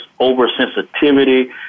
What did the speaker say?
oversensitivity